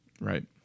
right